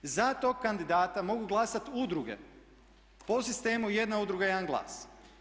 Za tog kandidata mogu glasati udruge po sistemu jedna udruga, jedan glas.